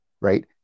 right